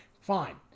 Fine